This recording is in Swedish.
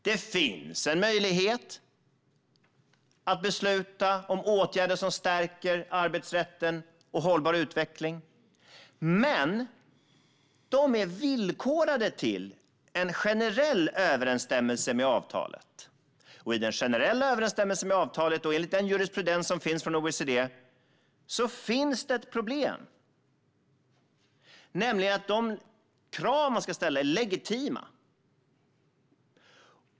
Det finns en möjlighet att besluta om åtgärder som stärker arbetsrätten och hållbar utveckling, men de är villkorade till en generell överensstämmelse med avtalet. Och i den generella överensstämmelsen med avtalet och enligt den jurisprudens som finns från OECD finns det ett problem, nämligen att de krav man ställer ska vara legitima.